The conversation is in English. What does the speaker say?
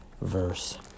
verse